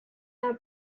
are